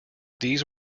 these